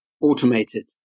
automated